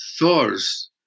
Thor's